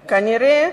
כנראה,